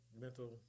mental